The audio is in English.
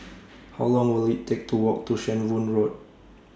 How Long Will IT Take to Walk to Shenvood Road